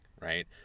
right